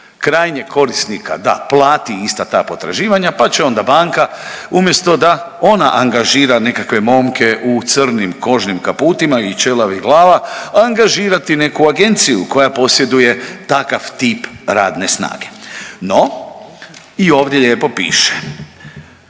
krajnjeg korisnika da plati ista ta potraživanja pa će onda banka umjesto da ona angažira nekakve momke u crnim kožnim kaputima i ćelavih glava, angažirati neku agenciju koja posjeduje takav tip radne snage. No, i ovdje lijepo piše,